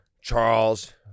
Charles